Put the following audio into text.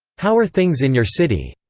how are things in your city,